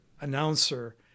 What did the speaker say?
announcer